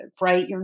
right